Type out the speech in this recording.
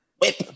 whip